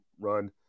run